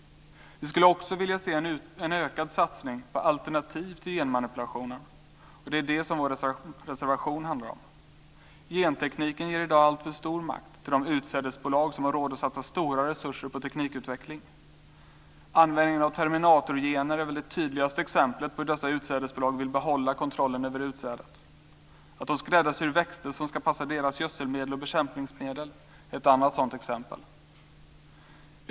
Vi skulle också vilja se en ökad satsning på alternativ till genmanipulationen. Det är det som vår reservation handlar om. Gentekniken ger i dag alltför stor makt till de utsädesbolag som har råd att satsa stora resurser på teknikutveckling. Användningen av terminatorgener är väl det tydligaste exemplet på hur dessa utsädesbolag vill behålla kontrollen över utsädet. Att de skräddarsyr växter som ska passa deras gödselmedel och bekämpningsmedel är ett annat sådant exempel.